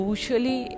Usually